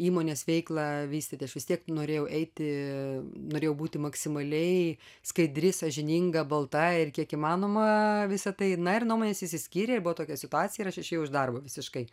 įmonės veiklą vystyti aš vis tiek norėjau eiti norėjau būti maksimaliai skaidri sąžininga balta ir kiek įmanoma visa tai na ir nuomonės išsiskyrė buvo tokia situacija ir aš išėjau iš darbo visiškai